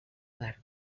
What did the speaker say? part